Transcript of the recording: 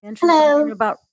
Hello